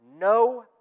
no